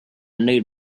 need